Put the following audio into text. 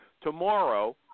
tomorrow